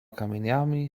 kamieniami